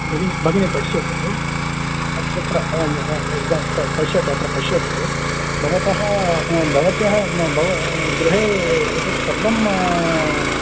भगिनि भगिनि पश्यतु तत्र इदा त पश्यतु अत्र पश्यतु भवतः भवत्याः गृहे एतत् सर्वं